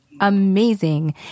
amazing